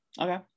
Okay